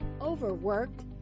Overworked